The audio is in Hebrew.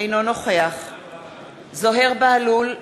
אינו נוכח זוהיר בהלול,